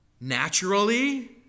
Naturally